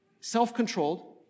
Self-controlled